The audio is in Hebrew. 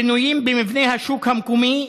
שינויים במבנה השוק המקומי,